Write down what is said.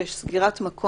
6(א) ו-(ב)